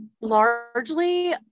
largely